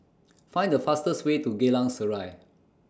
Find The fastest Way to Geylang Serai